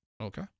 Okay